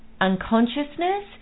Unconsciousness